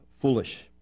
foolish